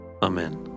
Amen